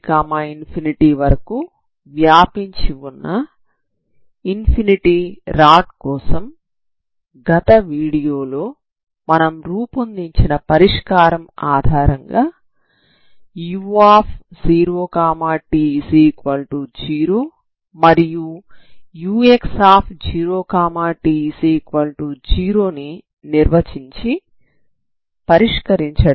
∞∞ వరకు వ్యాపించి వున్న ఇన్ఫినిటీ రాడ్ కోసం గత వీడియోలో మనం రూపొందించిన పరిష్కారం ఆధారంగా u0t0 మరియు ux0t0 ని నిర్వచించి పరిష్కరించడానికి ప్రయత్నించాము